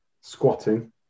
squatting